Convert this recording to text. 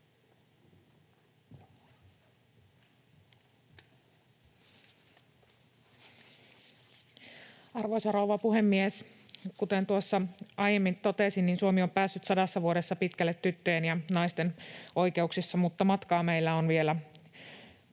Arvoisa rouva puhemies! Kuten tuossa aiemmin totesin, niin Suomi on päässyt sadassa vuodessa pitkälle tyttöjen ja naisten oikeuksissa, mutta matkaa meillä on vielä